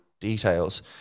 details